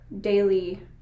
daily